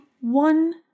one